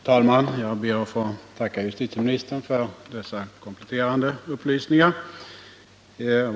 Herr talman! Jag ber att få tacka justitieministern för de kompletterande upplysningarna.